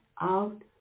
out